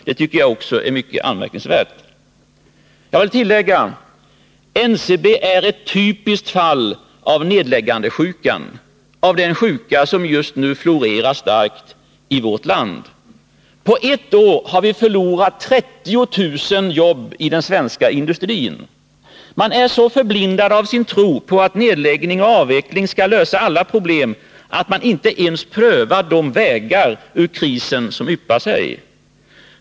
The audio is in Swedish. Det tycker jag också är mycket anmärkningsvärt. NCPB är ett typiskt fall av nedläggandesjuka, den sjuka som just nu florerar starkt i vårt land. På ett år har vi förlorat 30 000 jobb i den svenska industrin. Man är så förblindad av sin tro på att nedläggning och avveckling skall lösa alla problem att man inte ens prövar de vägar ut ur krisen som yppar sig.